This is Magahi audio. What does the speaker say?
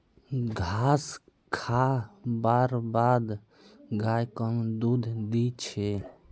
घास खा बार बाद गाय कम दूध दी छे